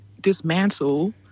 dismantle